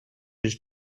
his